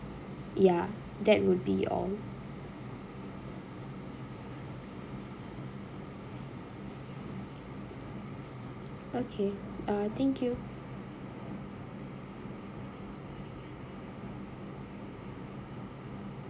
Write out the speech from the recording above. ya that would be all okay uh thank you